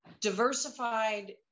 diversified